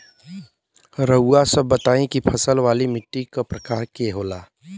रउआ सब बताई कि फसल वाली माटी क प्रकार के होला?